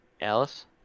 Alice